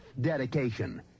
dedication